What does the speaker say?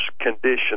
condition